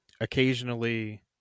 occasionally